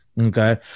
Okay